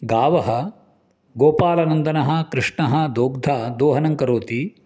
गावः गोपालनन्दनः कृष्णः दोग्धा दोहनं करोति